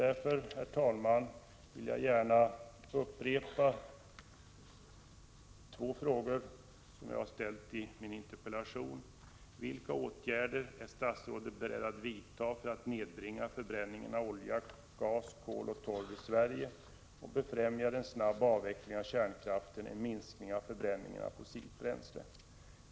Därför, herr talman, vill jag gärna upprepa två frågor som jag har ställt i min interpellation: Vilka åtgärder är statsrådet beredd att vidta för att nedbringa förbränningen av olja, gas, kol och torv i Sverige? Befrämjar en snabb avveckling av kärnkraften en minskning av förbränningen av fossilt bränsle?